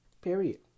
Period